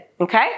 okay